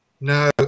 No